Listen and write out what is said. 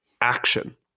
action